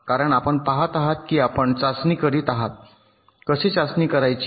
कारण आपण पाहत आहात की आपण चाचणी करीत आहात कसे चाचणी करायची